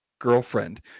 girlfriend